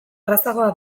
errazagoa